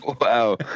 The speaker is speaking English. Wow